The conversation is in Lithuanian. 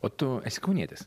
o tu esi kaunietis